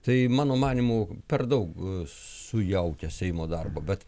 tai mano manymu per daug sujaukia seimo darbo bet